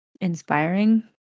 inspiring